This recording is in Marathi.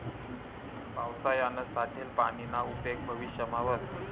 पावसायानं साठेल पानीना उपेग भविष्यमा व्हस